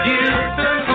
Houston